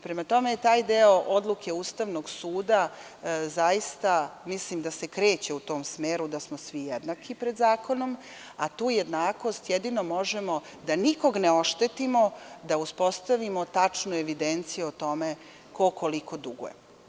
Prema tome, taj deo odluke Ustavnog suda zaista mislim da se kreće u tom smeru da smo svi jednaki pred zakonom, a tu jednakost jedino možemo da garantujemo, da nikoga ne oštetimo, da uspostavimo tačnu evidenciju o tome ko koliko duguje.